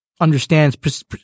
Understands